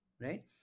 right